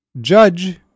judge